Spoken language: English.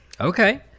Okay